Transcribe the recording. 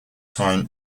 time